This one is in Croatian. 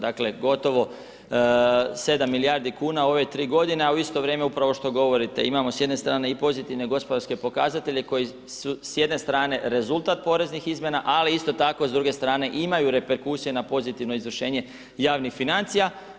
Dakle, gotovo 7 milijardi kuna u ove 3 godine, a u isto vrijeme, upravo što govorite, imamo s jedne strane i pozitivne gospodarske pokazatelje koji su s jedne strane rezultat poreznih izmjena, ali isto tako, s druge strane imaju reperkusiju na pozitivno izvršenje javnih financija.